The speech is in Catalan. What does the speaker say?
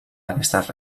aquestes